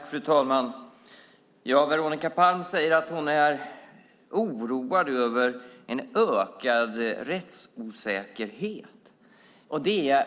Fru talman! Veronica Palm säger att hon är oroad över en ökad rättsosäkerhet.